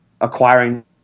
acquiring